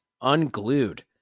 unglued